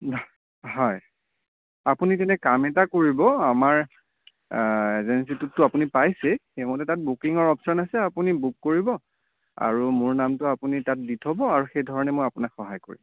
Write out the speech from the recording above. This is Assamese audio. অঁ হয় আপুনি তেনে কাম এটা কৰিব আমাৰ এজেঞ্চিটোতো পাইছেই সেইমতে তাত বুকিঙৰ অপশ্যন আছে আপুনি বুকিং কৰিব আৰু মোৰ নামটো আপুনি তাত দি থ'ব আৰু সেইধৰণে মই আপোনাক সহায় কৰিম